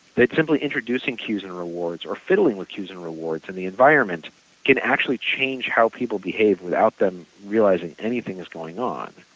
that simply introducing cues and rewards or fiddling with cues and rewards and the environment can actually change how people behave without them realizing anything that's going on.